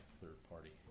third-party